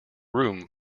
room